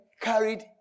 carried